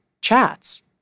chats